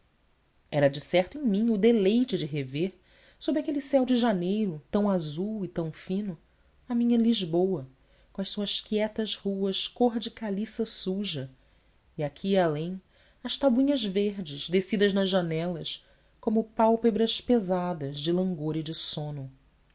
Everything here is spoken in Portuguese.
deuses era decerto em mim o deleite de rever sob aquele céu de janeiro tão azul e tão fino a minha lisboa com as suas quietas ruas cor de caliça suja e aqui e além as tabuinhas verdes descidas nas janelas como pálpebras pesadas de langor e de sono